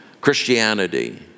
Christianity